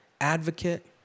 advocate